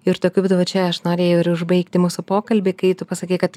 ir tokiu būdu va čia aš norėjau ir užbaigti mūsų pokalbį kai tu pasakei kad